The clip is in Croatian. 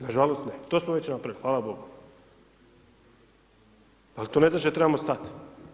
Nažalost, ne, to smo već napravili, hvala Bogu, al, to ne znači da trebamo stati.